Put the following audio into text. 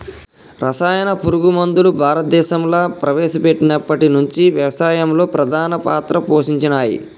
రసాయన పురుగు మందులు భారతదేశంలా ప్రవేశపెట్టినప్పటి నుంచి వ్యవసాయంలో ప్రధాన పాత్ర పోషించినయ్